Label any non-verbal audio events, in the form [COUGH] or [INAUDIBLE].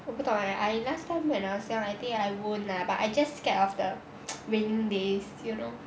我不懂 eh I last time when I was young I think I won't lah but I just scared of the [NOISE] rainy day is you know